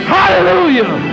Hallelujah